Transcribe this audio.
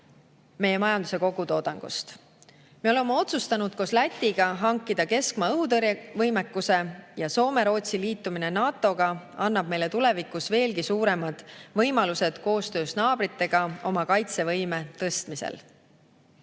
meie majanduse kogutoodangust. Me oleme otsustanud koos Lätiga hankida keskmaa õhutõrje võimekuse ja Soome-Rootsi liitumine NATO-ga annab meile tulevikus veelgi suuremad võimalused koostöös naabritega oma kaitsevõime tõstmisel. NATO